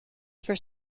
for